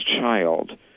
child